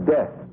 Death